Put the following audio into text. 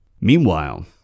Meanwhile